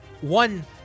One